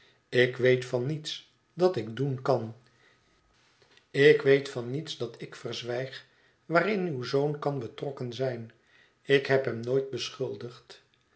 ik weet van niets dat ik doen kan ik weet van niets dat ik verzwijg waarin uw zoon kan betrokken zijn ik heb hem nooit beschuldigd